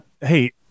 hey